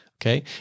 Okay